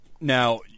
Now